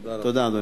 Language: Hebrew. תודה, אדוני.